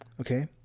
okay